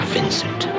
Vincent